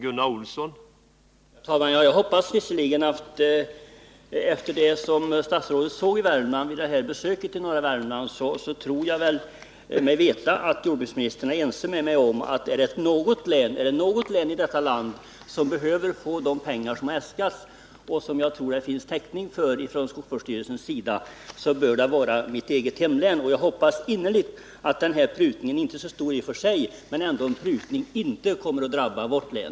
Herr talman! Efter det som jordbruksministern såg i Värmland vid sitt besök där tror jag mig veta att han är ense med mig om att om något län i detta land behöver få de pengar som äskas — och som det finns täckning för från skogsvårdsstyrelsen — bör det vara mitt eget hemlän. Jag hoppas innerligt att denna prutning—-inte så stor i och för sig men ändå en prutning —-inte kommer att drabba vårt län.